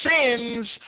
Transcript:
sins